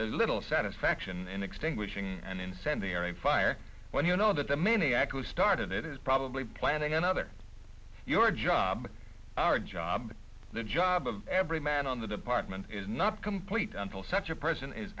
and little satisfaction in extinguishing an incendiary fire when you know that the maniac who started it is probably planning another your job our job the job of every man on the department is not complete until such a person is